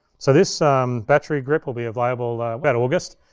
so this battery grip will be available about august,